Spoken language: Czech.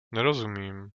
nerozumím